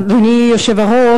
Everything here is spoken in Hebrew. אדוני היושב-ראש,